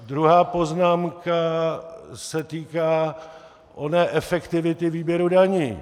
Druhá poznámka se týká oné efektivity výběru daní.